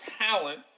talent